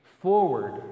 forward